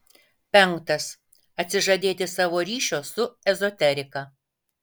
penktas atsižadėti savo ryšio su ezoterika